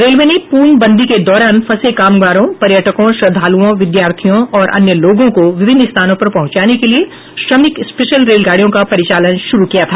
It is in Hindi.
रेलवे ने पूर्णबंदी के दौरान फंसे कामगारों पर्यटकों श्रद्धालुओं विद्यार्थियों और अन्य लोगों को विभिन्न स्थानों पर पहुंचाने के लिए श्रमिक स्पेशल रेलगाड़ियों का परिचालन शुरू किया था